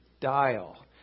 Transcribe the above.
dial